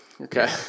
Okay